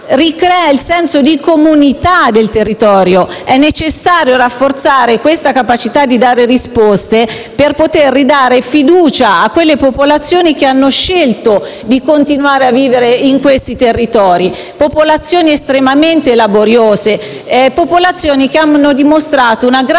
ricrea il senso di comunità del territorio. È necessario rafforzare questa capacità di dare risposte, così da ridare fiducia a quelle popolazioni che hanno scelto di continuare a vivere in questi territori. Stiamo parlando di popolazioni estremamente laboriose, che hanno dimostrato una grande